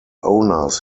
owners